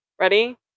Ready